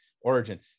origin